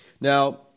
Now